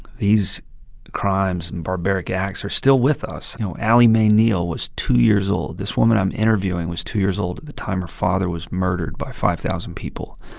these crimes and barbaric acts are still with us. you know, allie mae neal was two years old. this woman i'm interviewing was two years old at the time her father was murdered by five thousand people